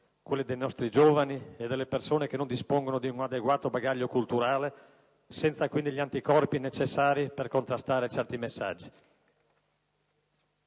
quelle dei nostri giovani e delle persone che non dispongono di un adeguato bagaglio culturale, senza quindi gli anticorpi necessari per contrastare certi messaggi.